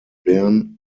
bern